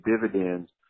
dividends